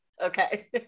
okay